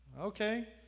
Okay